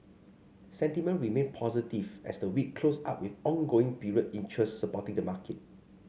sentiment remained positive as the week closed out with ongoing period interest supporting the market